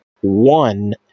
one